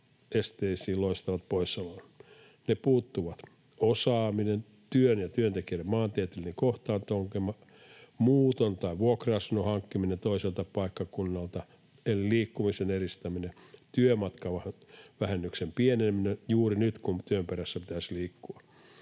esteisiin loistavat poissaolollaan. Ne puuttuvat. Osaaminen, työn ja työntekijän maantieteellinen kohtaanto-ongelma, muuton edistäminen tai vuokra-asunnon hankkiminen toiselta paikkakunnalta eli liikkumisen edistäminen, työmatkavähennyksen pieneneminen juuri nyt, kun työn perässä pitäisi liikkua,